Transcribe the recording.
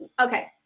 okay